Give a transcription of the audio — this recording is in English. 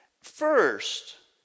first